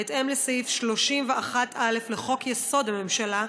בהתאם לסעיף 31(א) לחוק-יסוד: הממשלה,